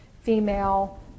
female